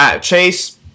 Chase